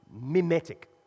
mimetic